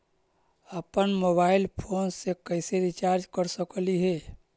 अप्पन mobile phone के कैसे रिचार्ज कर सकली हे?